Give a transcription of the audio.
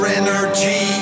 energy